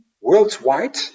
worldwide